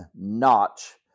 notch